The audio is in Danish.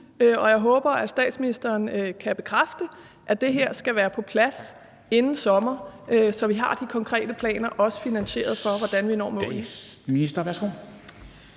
og jeg håber, at statsministeren kan bekræfte, at det her skal være på plads inden sommer, så vi har de konkrete planer, også finansieret, for, hvordan vi når målene.